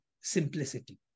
simplicity